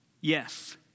Yes